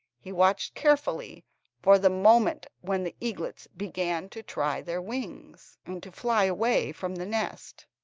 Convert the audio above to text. he watched carefully for the moment when the eaglets began to try their wings and to fly away from the nest.